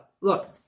look